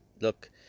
Look